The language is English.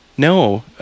No